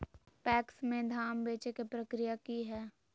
PACS में धाम बेचे के प्रक्रिया की हय?